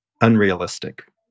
unrealistic